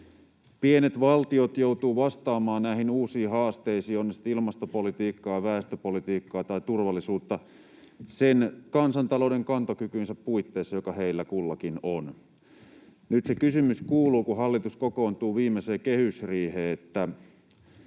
Pienet valtiot joutuvat vastaamaan näihin uusiin haasteisiin — ovat ne sitten ilmastopolitiikkaa, väestöpolitiikkaa tai turvallisuutta — sen kansantalouden kantokykynsä puitteissa, mikä heillä kullakin on. Nyt se kysymys kuuluu, kun hallitus kokoontuu viimeiseen kehysriiheen, että